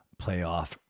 playoff